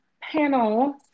panel